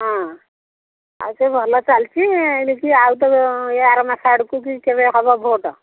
ହଁ ଆଉ ସେ ଭଲ ଚାଲିଛି ଏଣିକି ଆଉ ଆର ମାସ ଆଡ଼କୁ କି କେବେ ହେବ ଭୋଟ୍